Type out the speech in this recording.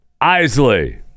Isley